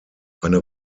eine